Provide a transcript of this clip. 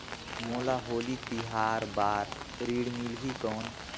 मोला होली तिहार बार ऋण मिलही कौन?